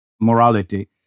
morality